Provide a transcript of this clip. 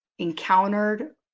encountered